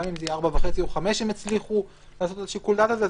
גם אם זה יהיה 16:30 או 17:00 הם יצליחו לעשות את שיקול הדעת הזה,